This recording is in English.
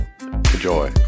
Enjoy